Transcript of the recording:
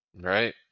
Right